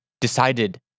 decided